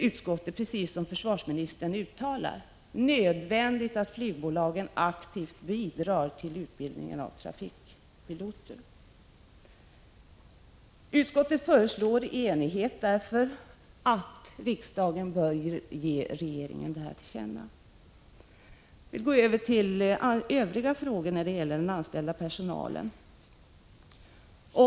Utskottet anser det, som försvarsministern uttalar, nödvändigt att flygbolagen aktivt bidrar till utbildningen av trafikpiloter. Utskottet föreslår i enighet att riksdagen bör ge regeringen detta till känna. Jag övergår därmed till övriga frågor som gäller den anställda personalen.